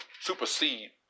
supersede